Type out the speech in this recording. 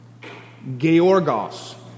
Georgos